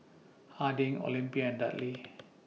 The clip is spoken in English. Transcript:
Harding Olympia and Dudley